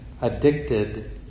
addicted